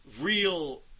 Real